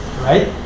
right